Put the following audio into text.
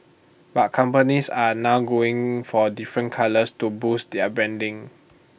but companies are now going for different colours to boost their branding